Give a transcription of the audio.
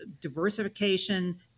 diversification